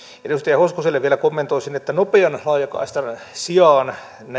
edustaja hoskoselle vielä kommentoisin että nopean laajakaistan sijaan